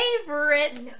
Favorite